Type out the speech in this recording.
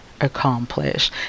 accomplish